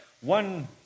one